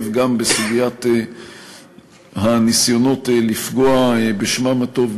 גם בסוגיית הניסיונות לפגוע בשמם הטוב,